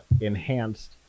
enhanced